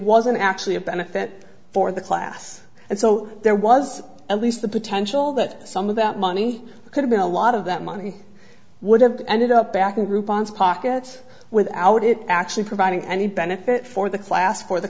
wasn't actually a benefit for the class and so there was at least the potential that some of that money could have been a lot of that money would have ended up back in group ons pockets without it actually providing any benefit for the class for the